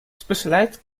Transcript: specialized